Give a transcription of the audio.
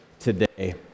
today